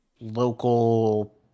local